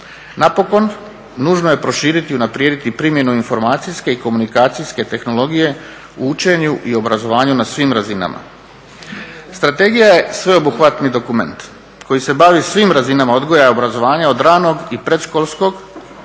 Napokon, nužno je proširiti i unaprijediti primjenu informacijske i komunikacijske tehnologije u učenju i obrazovanju na svim razina. Strategija je sveobuhvatni dokument koji se bavi svim razinama odgoja i obrazovanja, od ranog i predškolskog